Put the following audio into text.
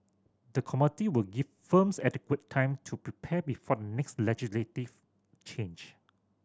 the committee will give firms adequate time to prepare before next legislative change